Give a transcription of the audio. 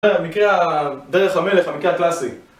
זה המקרה ה... דרך המלך, המקרה הקלאסי